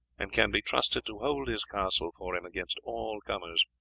and can be trusted to hold his castle for him against all comers.